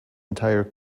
entire